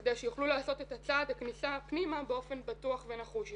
בכדי שיוכלו לעשות את צעד הכניסה פנימה באופן בטוח ונחוש יותר.